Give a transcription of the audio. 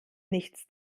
nichts